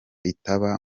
itaba